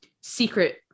secret